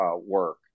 work